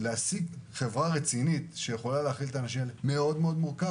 ולהשיג חברה רצינית במרכז שיכולה להכיל את כל האנשים זה מאוד מורכב.